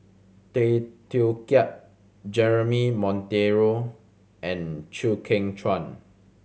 Tay Teow Kiat Jeremy Monteiro and Chew Kheng Chuan